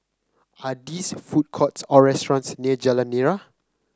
are this food courts or restaurants near Jalan Nira